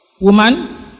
Woman